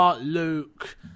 Luke